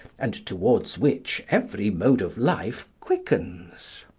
and towards which every mode of life quickens.